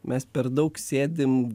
mes per daug sėdim